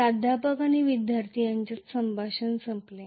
प्राध्यापक आणि विद्यार्थी यांच्यात संभाषण संपले